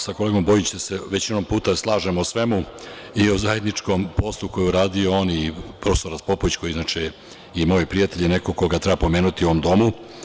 Sa kolegom Bojićem se većinom puta slažem u svemu i o zajedničkom poslu koji je radio on i prof. Raspopović koji je moj prijatelj i koga treba pomenuti u ovom domu.